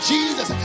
Jesus